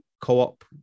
co-op